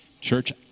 Church